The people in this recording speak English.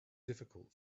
difficult